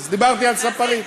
אז דיברתי על ספרית.